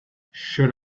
should